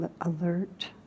alert